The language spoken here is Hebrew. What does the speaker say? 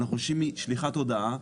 אנחנו חוששים משליחת הודעה,